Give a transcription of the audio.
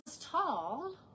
tall